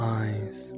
eyes